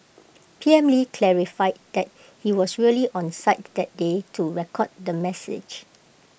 P M lee clarified that he was really on site that day to record the message